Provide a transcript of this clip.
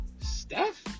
Steph